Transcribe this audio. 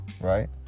Right